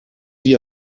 wie